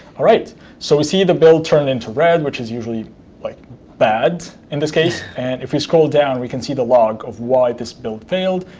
so we see the build turn into red, which is usually like bad, in this case. and if you scroll down, we can see the log of why this build failed,